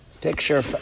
Picture